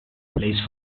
place